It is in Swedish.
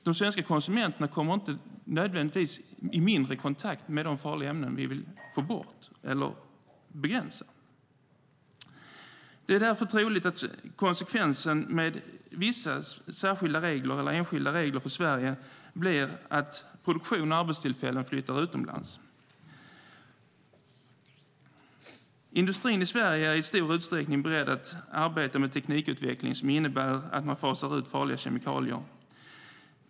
De svenska konsumenterna kommer inte nödvändigtvis mindre i kontakt med de farliga ämnen som vi vill få bort eller begränsa. Det är däremot troligt att konsekvensen av enskilda regler för Sverige blir att produktion och arbetstillfällen flyttar utomlands. Industrin i Sverige är i stor utsträckning beredd att arbeta med teknikutveckling som innebär att man fasar ut farliga kemikalier.